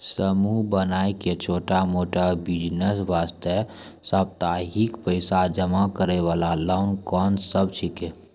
समूह बनाय के छोटा मोटा बिज़नेस वास्ते साप्ताहिक पैसा जमा करे वाला लोन कोंन सब छीके?